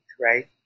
right